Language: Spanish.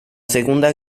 segunda